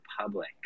public